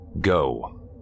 Go